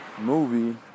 movie